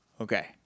Okay